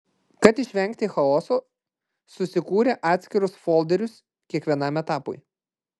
kad išvengt chaoso susikūrė atskirus folderius kiekvienam etapui